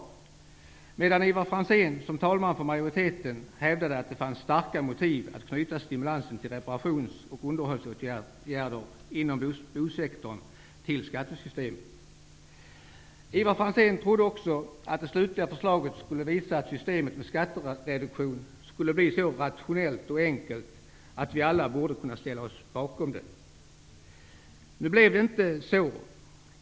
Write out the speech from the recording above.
Ivar Franzén hävdade däremot som talesman för majoriteten att det fanns starka motiv att knyta stimulansen till reparations och underhållsåtgärder inom bosektorn till skattesystemet. Ivar Franzén trodde också att det slutliga förslaget skulle visa att systemet med skattereduktion skulle bli så rationellt och enkelt att vi alla skulle kunna ställa oss bakom det. Nu blev det inte så.